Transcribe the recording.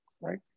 Right